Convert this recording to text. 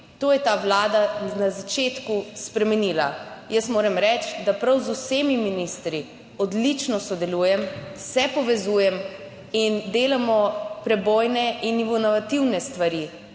To je ta Vlada na začetku spremenila. Jaz moram reči, da prav z vsemi ministri odlično sodelujem, se povezujem in delamo prebojne in inovativne stvari.